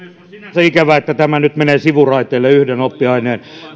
puhemies on sinänsä ikävää että nyt menee sivuraiteelle yhden oppiaineen